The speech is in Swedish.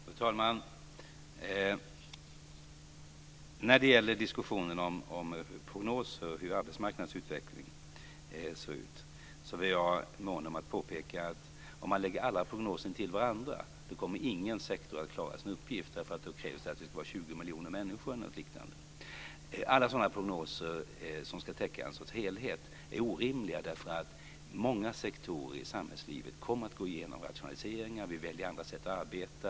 Fru talman! När det gäller diskussioner om prognoser och hur arbetsmarknadens utveckling ser ut är jag mån om att påpeka att om vi lägger alla prognoser intill varandra kommer ingen sektor att klara sin uppgift. Då krävs det att vi är 20 miljoner människor eller något liknande. Alla sådana prognoser som ska täcka någon sorts helhet är orimliga eftersom många sektorer i samhällslivet kommer att gå igenom rationaliseringar och vi väljer andra sätt att arbeta.